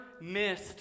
missed